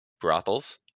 brothels